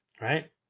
Right